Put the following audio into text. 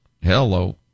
Hello